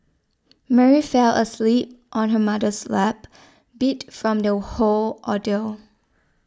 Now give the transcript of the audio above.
Mary fell asleep on her mother's lap beat from the whole ordeal